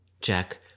Jack